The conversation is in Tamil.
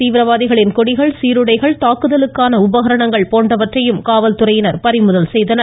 தீவிரவாதிகளின் கொடிகள் சீருடைகள் தற்கொலை தாக்குதலுக்கான உபகரணங்கள் போன்றவற்றையும் காவல்துறையினர் பறிமுதல் செய்துள்ளனர்